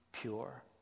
pure